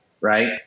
right